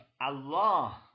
Allah